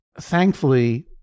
Thankfully